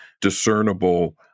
discernible